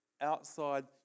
outside